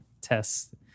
tests